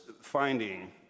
finding